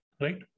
right